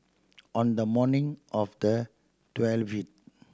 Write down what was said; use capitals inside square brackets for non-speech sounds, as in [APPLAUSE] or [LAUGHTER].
on the morning of the [UNINTELLIGIBLE]